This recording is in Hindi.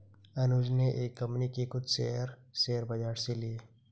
अनुज ने एक कंपनी के कुछ शेयर, शेयर बाजार से लिए